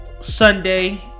sunday